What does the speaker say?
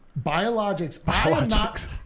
Biologics